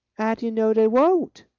how do you know they won't?